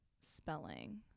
spelling